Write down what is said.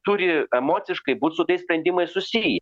turi emociškai būt su tais sprendimais susij